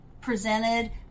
presented